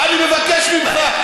אני מבקש ממך,